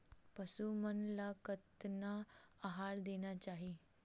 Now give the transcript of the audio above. पशु मन ला कतना आहार देना चाही?